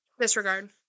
disregard